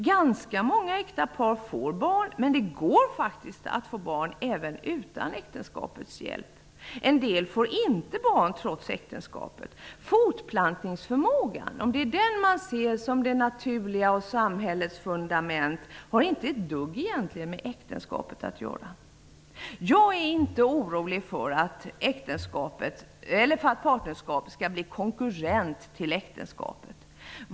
Ganska många äkta par får barn, men det går faktiskt att få barn även utan äktenskapets hjälp. En del får inte barn trots äktenskapet. Fortplantningsförmågan har inte ett dugg med äktenskapet att göra -- om det är den som man ser som det naturliga och som samhällets fundament. Jag är inte orolig för att partnerskap skall bli konkurrent till äktenskapet.